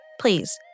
Please